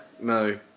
No